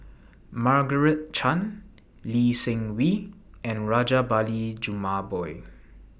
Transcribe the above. Margaret Chan Lee Seng Wee and Rajabali Jumabhoy